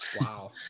Wow